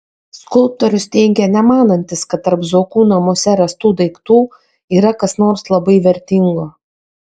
skulptorius teigia nemanantis kad tarp zuokų namuose rastų daiktų yra kas nors labai vertingo